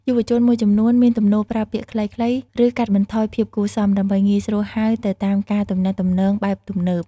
យុវជនមួយចំនួនមានទំនោរប្រើពាក្យខ្លីៗ ឬកាត់បន្ថយភាពគួរសម ដើម្បីងាយស្រួលហៅទៅតាមការទំនាក់ទំនងបែបទំនើប។